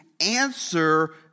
answer